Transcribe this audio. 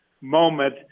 moment